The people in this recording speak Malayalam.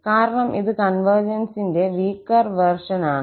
കാരണം ഇത് കോൺവെർജൻസിന്റെ വീകെർ വേർഷൻ ആണ്